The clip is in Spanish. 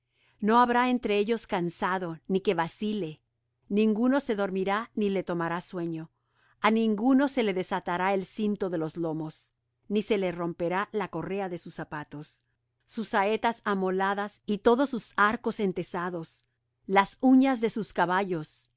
no habrá entre ellos cansado ni que vacile ninguno se dormirá ni le tomará sueño á ninguno se le desatará el cinto de los lomos ni se le romperá la correa de sus zapatos sus saetas amoladas y todos sus arcos entesados las uñas de sus caballos